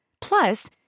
Plus